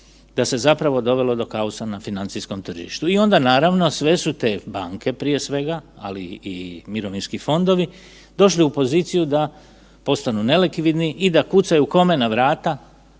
da se zapravo dovelo do kaosa u financijskom tržištu. I onda, naravno, sve su te banke, prije svega, ali i mirovinski fondovi došli u poziciju da postanu nelikvidni i da kucaju, kome na vrata?